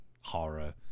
horror